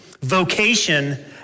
vocation